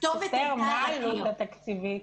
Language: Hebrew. הכתובת הייתה על הקיר.